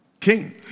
king